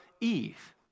Eve